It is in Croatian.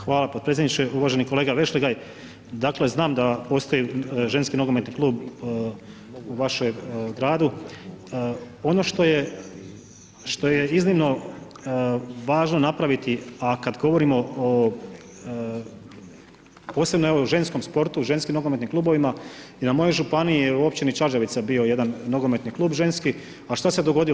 Hvala potpredsjedniče, uvaženi kolega Vešligaj, dakle, znam da postoji ženski nogometni klub u vašem gradu, ono što je iznimno važno napraviti, a kada govorimo o posebno ženskom sportu, ženskim nogometnim klubovima, u mojoj županiji u općini Čađavica bio jedan nogometni klub ženski, a što se dogodilo?